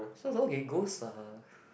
so I was okay ghosts ah